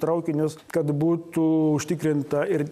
traukinius kad būtų užtikrinta ir